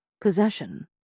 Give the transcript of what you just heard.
Possession